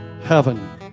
heaven